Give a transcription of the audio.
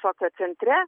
šokio centre